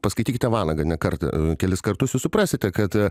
paskaityk tą vanagą ne kartą kelis kartus suprasite kad